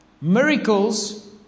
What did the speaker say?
miracles